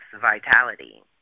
vitality